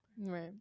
Right